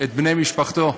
בני משפחתו,